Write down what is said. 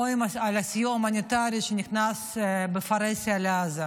על הסיוע ההומניטרי שנכנס בפרהסיה לעזה.